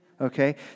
Okay